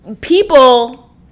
People